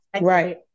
Right